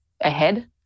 ahead